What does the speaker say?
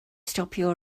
stopio